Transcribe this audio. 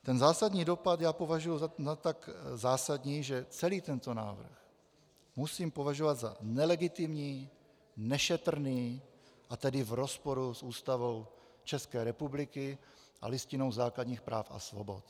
Ten zásadní dopad považuji za tak zásadní, že celý tento návrh musím považovat za nelegitimní, nešetrný, a tedy v rozporu s Ústavou České republiky a Listinou základních práv a svobod.